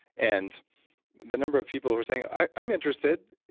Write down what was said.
and the number of people who were saying i'm interested.